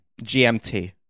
GMT